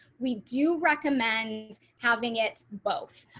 we do recommend having it both